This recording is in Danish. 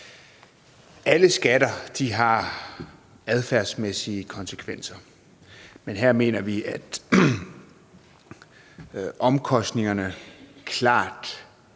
Alle skatter har adfærdsmæssige konsekvenser, men her mener vi, at omkostningerne klart